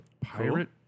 pirate